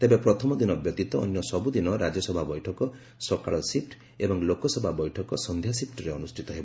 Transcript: ତେବେ ପ୍ରଥମଦିନ ବ୍ୟତୀତ ଅନ୍ୟ ସବୁଦ୍ଦିନ ରାଜ୍ୟସଭା ବୈଠକ ସକାଳ ସିଫ୍ଟ ଏବଂ ଲୋକସଭା ବୈଠକ ସନ୍ଧ୍ୟା ସିଫ୍ଲରେ ଅନ୍ଦ୍ରଷ୍ଠିତ ହେବ